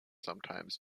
sometimes